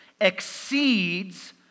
exceeds